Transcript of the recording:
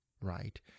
right